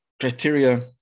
criteria